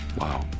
Wow